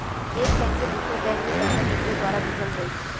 एक बैंक से दूसरे बैंक मे पैसा केकरे द्वारा भेजल जाई?